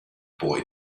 boy